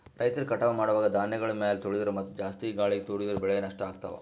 ರೈತರ್ ಕಟಾವ್ ಮಾಡುವಾಗ್ ಧಾನ್ಯಗಳ್ ಮ್ಯಾಲ್ ತುಳಿದ್ರ ಮತ್ತಾ ಜಾಸ್ತಿ ಗಾಳಿಗ್ ತೂರಿದ್ರ ಬೆಳೆ ನಷ್ಟ್ ಆಗ್ತವಾ